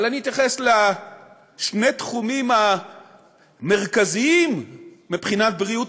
אבל אני אתייחס לשני התחומים המרכזיים מבחינת בריאות